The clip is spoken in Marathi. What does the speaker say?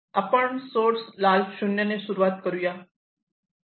आपण सोर्स लाल 0 ने सुरुवात करुया